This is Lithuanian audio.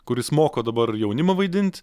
kuris moko dabar jaunimą vaidint